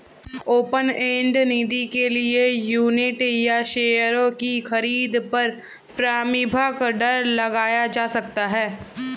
open end निधि के लिए यूनिट या शेयरों की खरीद पर प्रारम्भिक दर लगाया जा सकता है